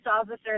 officer